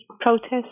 protests